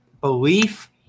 belief